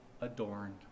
adorned